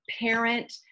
parent